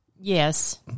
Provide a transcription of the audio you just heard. yes